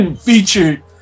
featured